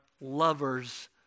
lovers